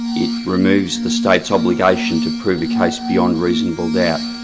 it removes the state's obligation to prove a case beyond reasonable doubt.